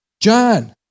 John